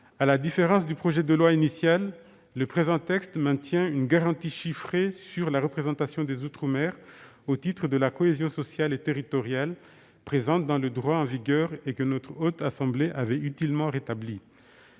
À la différence du projet de loi organique initial, la rédaction actuelle maintient une garantie chiffrée sur la représentation des outre-mer au titre de la cohésion sociale et territoriale, présente dans le droit en vigueur et que notre Haute Assemblée avait utilement rétablie.